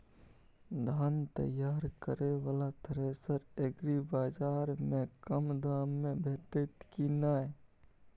धान तैयार करय वाला थ्रेसर एग्रीबाजार में कम दाम में भेटत की नय?